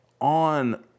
on